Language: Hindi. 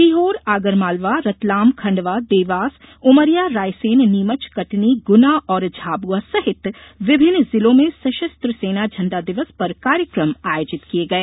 सीहोर रतलाम खंडवा देवास उमरिया रायसेन नीमच कटनी गुना और झाबुआ सहित विभिन्न जिलो में सशस्त्र सेना झंडा दिवस पर कार्यक्रम आयोजित किये गये